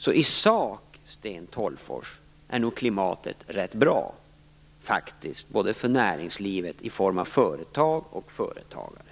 Så i sak, Sten Tolgfors, är nog klimatet rätt bra för näringslivet, både i form av företag och företagare.